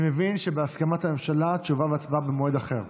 אני מבין שבהסכמת הממשלה, תשובה והצבעה במועד אחר.